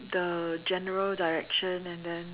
the general direction and then